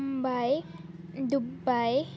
Mumbai Dubai